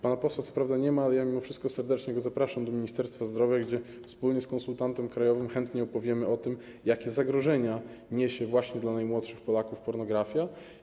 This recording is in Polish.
Pana posła co prawda nie ma, ale mimo wszystko serdecznie go zapraszam do Ministerstwa Zdrowia, gdzie wspólnie z konsultantem krajowym chętnie opowiemy o tym, jakie zagrożenia niesie dla najmłodszych Polaków pornografia.